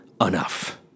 enough